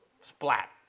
splat